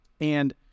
And-